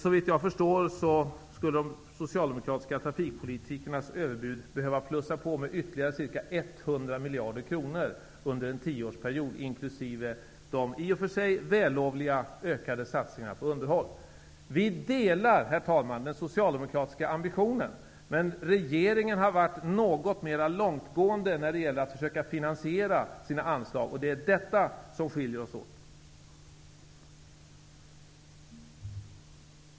Såvitt jag förstår skulle de socialdemokratiska trafikpolitikerna för sina överbud behöva lägga till ytterligare ca 100 miljarder kronor under en tioårsperiod, inkl. de i och för sig vällovliga ökade satsningarna på underhåll. Vi delar den socialdemokratiska ambitionen. Men regeringen har gått något längre när det gällt att försöka finansiera sina anslag. Det är detta som skiljer oss åt.